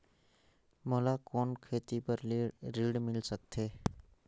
कौन मोला खेती बर ऋण मिल सकत है?